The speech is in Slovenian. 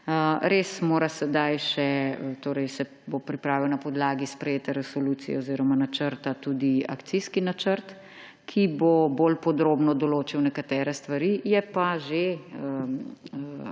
Res mora sedaj, torej se bo pripravil na podlagi sprejete resolucije oziroma načrta tudi akcijski načrt, ki bo bolj podrobno določil nekatere stvari, je pa že, se